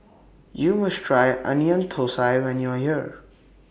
YOU must Try Onion Thosai when YOU Are here